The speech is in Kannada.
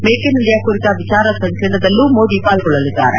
ಮೇಕ್ ಇನ್ ಇಂಡಿಯಾ ಕುರಿತ ವಿಚಾರ ಸಂಕಿರಣದಲ್ಲೂ ಮೋದಿ ಪಾಲ್ಗೊಳ್ಳಲಿದ್ದಾರೆ